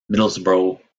middlesbrough